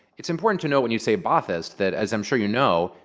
it's important to know when you say ba'athist, that, as i'm sure you know,